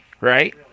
right